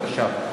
בבקשה.